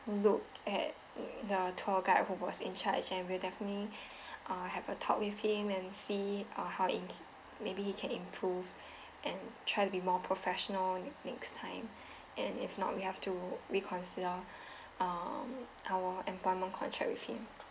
look at um the tour guide who was in charge and we'll definitely uh have a talk with him and see uh how im~ maybe he can improve and try to be more professional next time and if not we have to reconsider uh our employment contract with him